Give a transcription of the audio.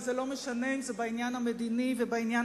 וזה לא משנה אם זה בעניין המדיני או בעניין